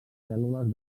cèl·lules